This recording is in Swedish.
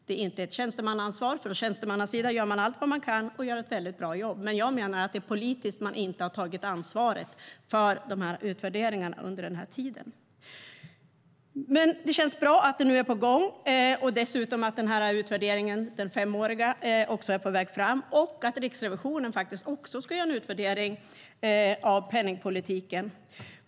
Det är inte ett tjänstemannaansvar. På den sidan gör man allt man kan och gör ett väldigt bra jobb. Men jag menar att det är det politiska ansvaret för de här utvärderingarna som inte har tagits under den här tiden. Det känns bra att det är på gång, liksom att den femåriga utvärderingen också är på väg samt att också Riksrevisionen ska göra en utvärdering av penningpolitiken.